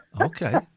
Okay